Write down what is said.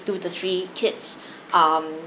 two the three kids um